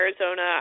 Arizona